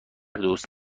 دوست